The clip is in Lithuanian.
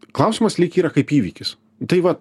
klausimas lyg yra kaip įvykis tai va